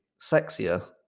sexier